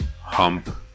hump